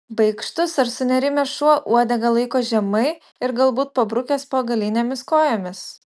baikštus ar sunerimęs šuo uodegą laiko žemai ir galbūt pabrukęs po galinėmis kojomis